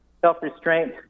self-restraint